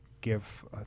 give